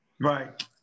Right